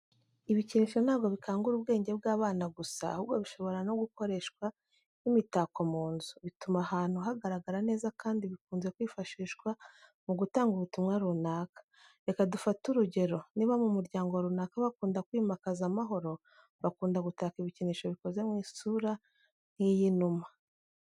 Ibikinisho ntabwo bikangura ubwenge bw'abana gusa, ahubwo bishobora no gukoreshwa nk'imitako mu nzu. Bituma ahantu hagaragara neza kandi bikunze kwifashishwa mu gutanga ubutumwa runaka. Reka dufate urugero, niba mu muryango runaka bakunda kwimakaza amahoro, bakunda gutaka ibikinisho bikoze mu isura nk'iyinuma.